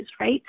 right